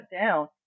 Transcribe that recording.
down